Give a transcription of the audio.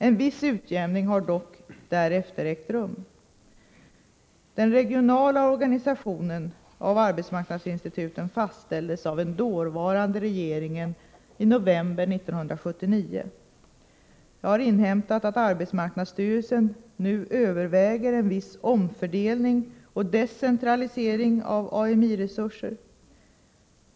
En viss utjämning har dock därefter ägt rum. Den regionala organisationen av arbetsmarknadsinstituten fastställdes av den dåvarande regeringen i november 1979. Jag har inhämtat att arbetsmarknadsstyrelsen nu överväger viss omfördelning och decentralisering av Ami-resurser.